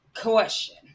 question